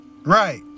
Right